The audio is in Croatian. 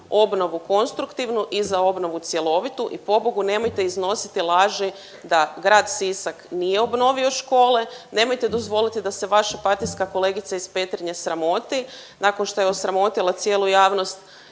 obnovu konstruktivnu i za obnovu cjelovitu i pobogu nemojte iznositi laži da grad Sisak nije obnovio škole. Nemojte dozvoliti da se vaša partijska kolegica iz Petrinje sramoti nakon što je osramotila cijelu javnost